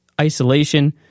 isolation